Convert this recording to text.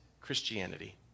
Christianity